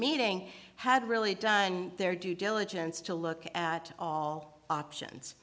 meeting had really done their due diligence to look at all options